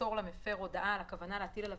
ימסור למפר הודעה על הכוונה להטיל עליו